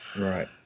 Right